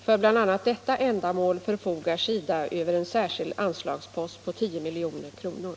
För bl.a. detta ändamål förfogar SIDA över en särskild anslagspost på 10 milj.kr.